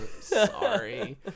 sorry